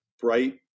bright